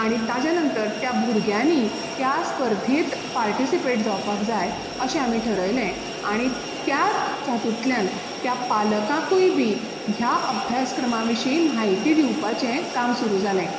आनी ताज्या नंतर त्या भुरग्यांनी त्या स्पर्धेंत पार्टिसिपेट जावपाक जाय अशें आमी ठरयलें आनी त्याच हातुंतल्यान त्या पालकांकूय बी ह्या अभ्यासक्रमा विशयी म्हायती दिवपाचें काम सुरू जालें